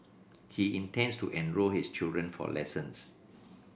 he intends to enrol his children for lessons